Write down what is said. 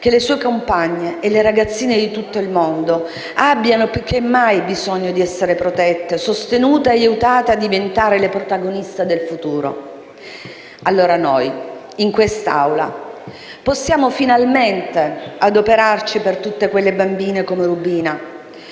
che le sue compagne, e le ragazzine di tutto il mondo, abbiano più che mai bisogno di essere protette, sostenute e aiutate a diventare le protagoniste del futuro». Allora noi, in quest'Assemblea, possiamo finalmente adoperarci per tutte quelle bambine come Rubina,